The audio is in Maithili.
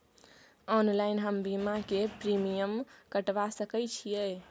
ऑनलाइन हम बीमा के प्रीमियम कटवा सके छिए?